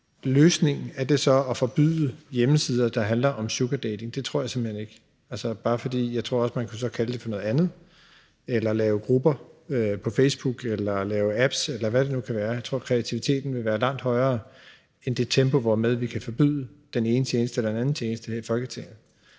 løsningen så at forbyde hjemmesider, der handler om sugardating? Det tror jeg simpelt hen ikke. Jeg tror, at man så bare vil kalde det for noget andet eller lave grupper på Facebook eller lave apps, eller hvad det nu kan være. Jeg tror, at kreativiteten vil være i et langt højere tempo end det tempo, hvormed vi her i Folketinget kan forbyde den ene eller den anden tjeneste. Derfor tror